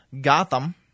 Gotham